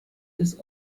des